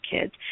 kids